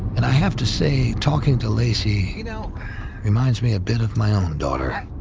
and i have to say, talking to lacy you know reminds me a bit of my own daughter.